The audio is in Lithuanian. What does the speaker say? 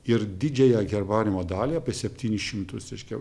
ir didžiąją herbariumo dalį apie septynis šimtus reiškia